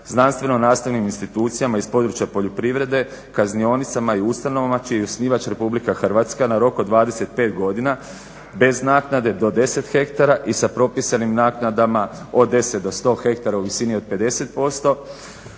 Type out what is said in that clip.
znanstveno-nastavnim institucijama iz područja poljoprivrede, kaznionicama i ustanovama čiji je osnivač Republika Hrvatska na rok od 25 godina bez naknade do 10 ha i sa propisanim naknadama od 10 do 100 ha u visini od 50%